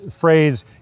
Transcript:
phrase